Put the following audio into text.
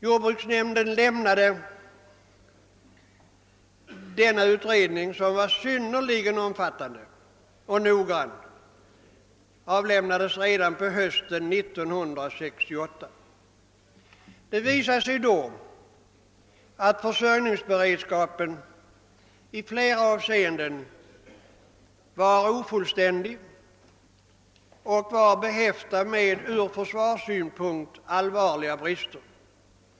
Jordbruksnämndens utredning, som var synnerligen omfattande och noggrann, avlämnades redan på hösten 1968. Det visade sig att försörjningsberedskapen i flera avseenden var ofullständig och behäftad med ur försvarssynpunkt allvarliga brister.